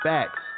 Facts